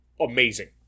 amazing